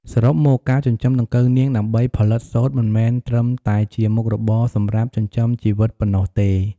សរុបមក ការចិញ្ចឹមដង្កូវនាងដើម្បីផលិតសូត្រមិនមែនត្រឹមតែជាមុខរបរសម្រាប់ចិញ្ចឹមជីវិតប៉ុណ្ណោះទេ។